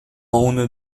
اونو